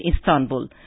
Istanbul